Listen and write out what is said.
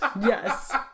Yes